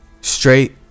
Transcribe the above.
Straight